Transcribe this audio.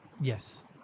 yes